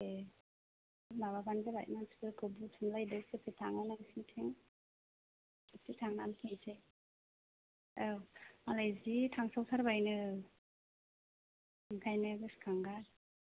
ए माबाबानो जाबाय मानसिफोरखौ बुथुमलायदो सोर सोर थाङो नोंसिनिथिं खेबसे थांनानै फैनोसै औ मालाय जि थांसाव थारबायनो ओंखायनो गोसोखांगासिनो